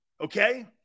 okay